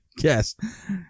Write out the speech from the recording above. Yes